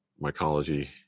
mycology